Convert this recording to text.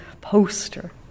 poster